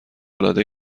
العاده